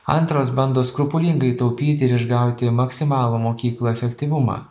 antros bando skrupulingai taupyti ir išgauti maksimalų mokyklų efektyvumą